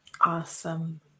Awesome